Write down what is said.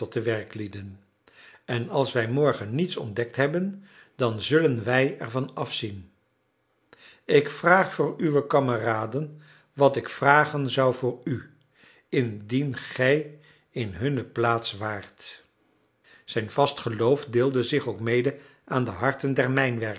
de werklieden en als wij morgen niets ontdekt hebben dan zullen wij ervan afzien ik vraag voor uwe kameraden wat ik vragen zou voor u indien gij in hunne plaats waart zijn vast geloof deelde zich ook mede aan de harten